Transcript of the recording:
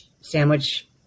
sandwich